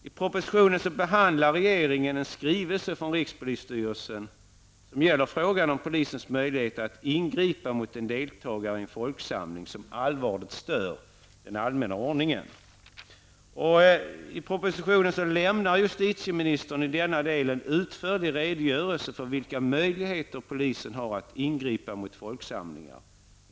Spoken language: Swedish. I propositionen behandlar regeringen en skrivelse från rikspolisstyrelsen som gäller frågan om polisens möjligheter att ingripa mot en deltagare i en folksamling som allvarligt stör den allmänna ordningen. I propositionen lämnar justitieministern i denna del en utförlig redogörelse för vilka möjligheter polisen har att ingripa mot folksamlingar.